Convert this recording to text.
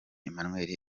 emmanuel